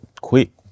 quick